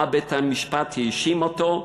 במה בית-המשפט האשים אותו?